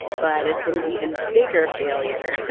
but it's an even bigger failure.